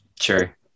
Sure